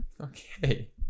Okay